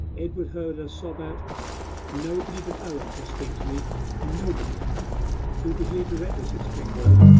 edward heard her sob out nobody but owen shall speak to me nobody he will be here directly said springrove,